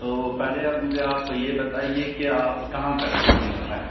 تو پہلے اب آپ مجھے یہ بتائیے کہ آپ کہاں پہ رکی ہیں اس ٹائم